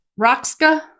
roxka